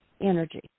energy